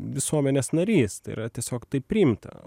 visuomenės narys tai yra tiesiog taip priimta